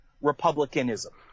Republicanism